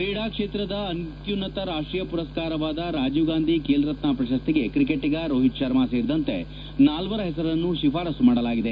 ಕ್ರೀಡಾ ಕ್ಷೇತ್ರದ ಅತ್ಯುನ್ನತ ರಾಷ್ಟೀಯ ಮರಸ್ಕಾರವಾದ ರಾಜೀವ್ಗಾಂಧಿ ಖೇಲ್ ರತ್ನ ಪ್ರಶಸ್ತಿಗೆ ಕ್ರಿಕೆಟಿಗ ರೋಹಿತ್ ಶರ್ಮ ಸೇರಿದಂತೆ ನಾಲ್ವರ ಹೆಸರನ್ನು ಶಿಫಾರಸ್ಸು ಮಾಡಲಾಗಿದೆ